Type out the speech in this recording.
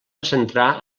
centrar